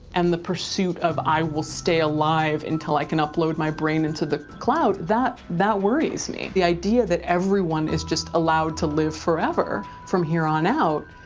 and the pursuit of, i will stay alive until i can upload my brain into the cloud. that that worries me, the idea that everyone is just allowed to live forever, from here on out,